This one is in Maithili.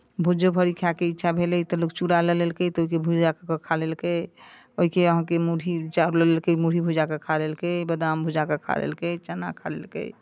भूजो भर्री खाइके इच्छा भेलै तऽ लोक चूड़ा लऽ लेलकै तऽ ओहिके भूजा कऽ के खा लेलकै ओहिके अहाँके मुरही चाउर लऽ लेलकै मुरही भुजा कऽ खा लेलकै बादाम भुजा कऽ खा लेलकै चना खा लेलकै